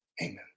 Amen